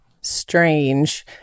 strange